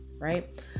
right